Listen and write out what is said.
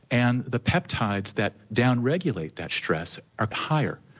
and the peptides that down-regulate that stress are higher,